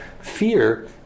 fear